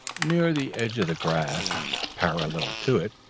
near the edge of the grass and parallel to it,